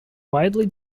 widely